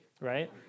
right